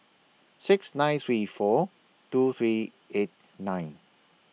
six nine three four two three eight nine